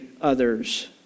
others